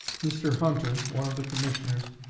mr. hunter, one of the commissioners,